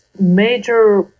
major